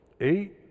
Eight